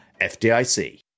FDIC